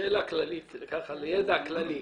שאלה כללית, ככה לידע כללי.